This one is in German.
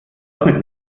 mit